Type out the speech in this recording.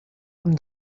amb